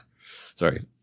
Sorry